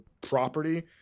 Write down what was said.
property